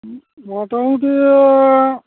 ᱢᱚᱴᱟᱢᱩᱴᱤ